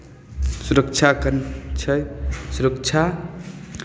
सुरक्षाके छै सुरक्षा